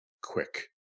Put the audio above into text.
quick